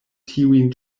tiujn